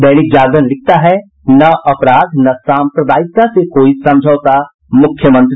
दैनिक जागरण लिखता है न अपराध न साम्प्रदायिकता से कोई समझौता मुख्यमंत्री